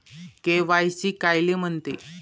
KYC कायले म्हनते?